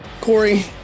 Corey